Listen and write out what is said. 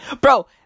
Bro